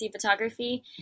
photography